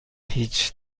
هیچ